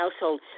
household